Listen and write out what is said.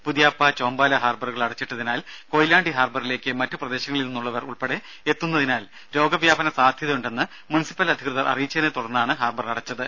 പുതിയാപ്പ ചോമ്പാല ഹാർബറുകൾ അടച്ചിട്ടതിനാൽ കൊയിലാണ്ടി ഹാർബറിലേക്ക് മറ്റ് പ്രദേശങ്ങളിൽ നിന്നുള്ളവർ ഉൾപ്പെടെ എത്തുന്നതിനാൽ രോഗവ്യാപന സാധ്യതയുണ്ടെന്ന് മുൻസിപ്പൽ അധികൃതർ അറിയിച്ചതിനെ തുടർന്നാണ് ഹാർബർ അടച്ചത്